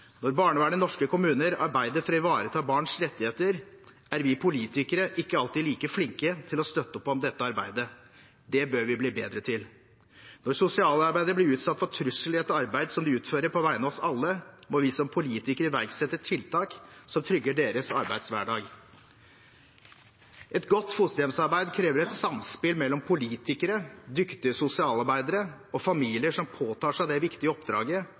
Når barnevernet i norske kommuner arbeider for å ivareta barns rettigheter, er vi politikere ikke alltid like flinke til å støtte opp om dette arbeidet. Det bør vi bli bedre til. Når sosialarbeidere blir utsatt for trusler i et arbeid som de utfører på vegne av oss alle, må vi som politikere iverksette tiltak som trygger deres arbeidshverdag. Et godt fosterhjemsarbeid krever et samspill mellom politikere, dyktige sosialarbeidere og familier som påtar seg det viktige oppdraget